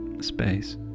space